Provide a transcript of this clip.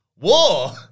War